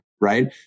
right